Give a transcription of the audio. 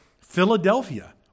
Philadelphia